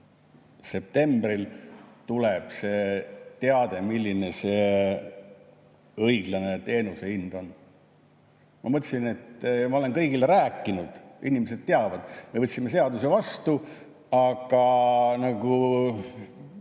septembril tuleb teade, milline see õiglane teenuse hind on. Ma mõtlesin, et ma olen kõigile rääkinud, inimesed teavad. Me võtsime seaduse vastu, aga nagu